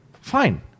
fine